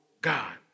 God